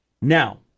Now